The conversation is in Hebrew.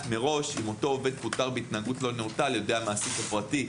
מראש אם אותו עובד פוטר מראש בהתנהגות לא נאותה על ידי המעסיק הפרטי.